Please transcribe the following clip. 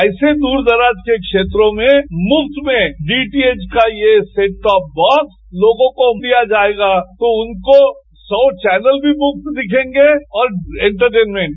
ऐसे दूर दराज के क्षेत्रों में मुफ्त में डीटीएच का ये सेटटॉप बॉक्स ँलोगों को दिया जायेगा तो उनको सौ चैनल भी मुफ्त दिखेगे और एटरटेनमेँट